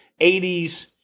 80s